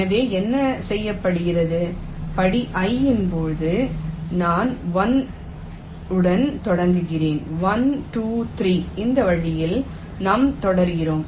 எனவே என்ன செய்யப்படுகிறது படி i இன் போது நான் 1 உடன் தொடங்குகிறேன் 1 2 3 இந்த வழியில் நாம் தொடர்கிறோம்